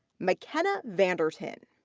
mackenna vander tuin.